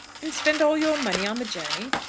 and spend all your money on the journey.